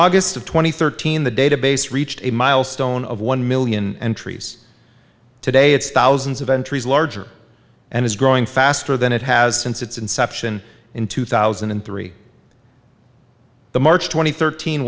and thirteen the database reached a milestone of one million entries today it's thousands of entries larger and is growing faster than it has since its inception in two thousand and three the march twenty third teen